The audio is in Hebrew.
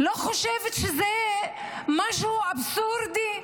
לא חושבת שזה משהו אבסורדי?